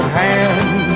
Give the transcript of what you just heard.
hand